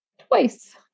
twice